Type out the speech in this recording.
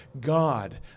God